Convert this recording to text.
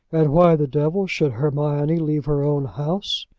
and why the devil should hermione leave her own house?